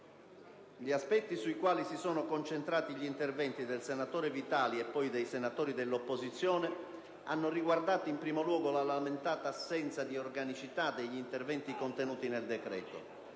Gli aspetti sui quali si sono concentrati gli interventi del senatore Vitali e poi dei senatori dell'opposizione hanno riguardato, in primo luogo, la lamentata assenza di organicità degli interventi contenuti nel decreto.